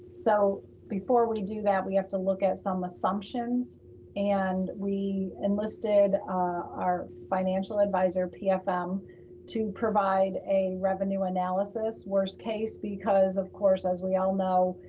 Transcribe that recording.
so before we do that, we have to look at some assumptions and we enlisted our financial advisor pfm to provide a revenue analysis worst case, because of course, as we all know,